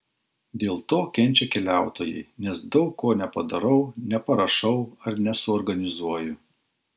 dėl to kenčia keliautojai nes daug ko nepadarau neparašau ar nesuorganizuoju